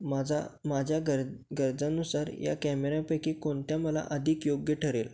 माझा माझ्या घर गरजानुसार या कॅमेऱ्यापैकी कोणत्या मला आधिक योग्य ठरेल